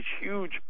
huge